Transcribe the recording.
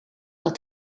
dat